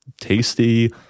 tasty